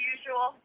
usual